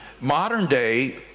modern-day